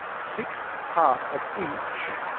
sixt part of each?